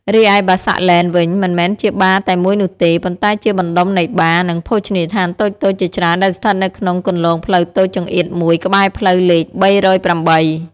រីឯ បាសាក់ ឡេន វិញ មិនមែនជាបារតែមួយនោះទេ ប៉ុន្តែជាបណ្ដុំនៃបារ និងភោជនីយដ្ឋានតូចៗជាច្រើនដែលស្ថិតនៅក្នុងគន្លងផ្លូវតូចចង្អៀតមួយក្បែរផ្លូវលេខ ៣០៨។